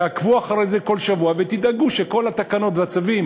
תעקבו אחרי זה כל שבוע ותדאגו שכל התקנות והצווים